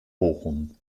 bochum